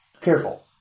careful